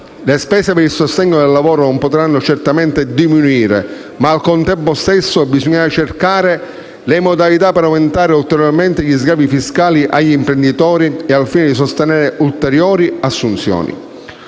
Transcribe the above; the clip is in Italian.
Le spese per il sostegno del lavoro non potranno certamente diminuire, ma al tempo stesso bisognerà cercare le modalità per aumentare ulteriormente gli sgravi fiscali agli imprenditori, al fine di sostenere ulteriori assunzioni.